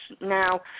Now